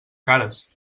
cares